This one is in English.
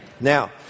now